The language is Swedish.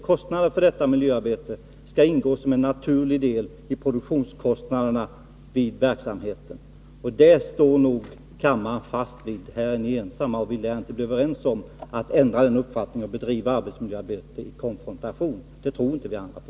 Kostnaderna för detta miljöarbete skall ingå som en naturlig del i produktionskostnaderna vid verksamheten. Detta står nog kammaren fast vid. Ni är ensamma om er uppfattning, och vi lär inte bli överens om att driva arbetet i konfrontation. Det tror inte vi andra på.